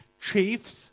chiefs